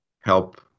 help